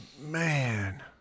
Man